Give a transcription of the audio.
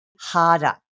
harder